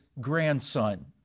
grandson